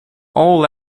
all